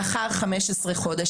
לאחר 15 חודש.